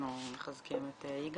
אנחנו מחזקים אותך.